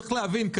צריך להבין,